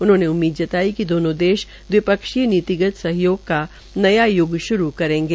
उन्होंने उम्मीद जताई कि दोनों देश दविपक्षीय नीतिगत सहयोग का नया युग शुरू करेंगे